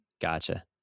Gotcha